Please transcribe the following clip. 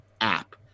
app